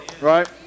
Right